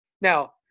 Now